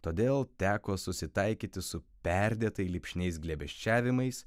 todėl teko susitaikyti su perdėtai lipšniais glėbesčiavimais